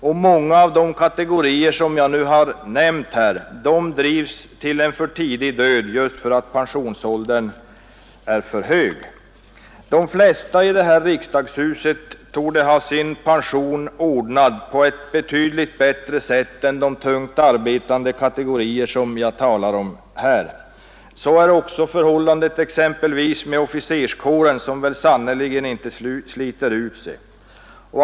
Många som tillhör de kategorier jag har nämnt drivs till en för tidig död just för att pensionsåldern är för hög. De flesta i detta riksdagshus torde ha sin pension ordnad på ett betydligt bättre sätt än de tungt arbetande kategorier som jag talar om. Så är också förhållandet med exempelvis officerskåren, som sannerligen inte sliter ut sig.